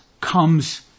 comes